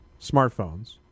smartphones